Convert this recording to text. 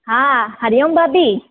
हा हरिओम भाभी